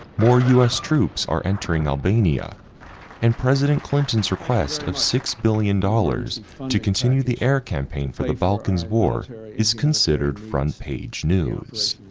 more us troops are entering albania and president clinton's request of six billion dollars to continue the air campaign for the balkans war is considered front-page news.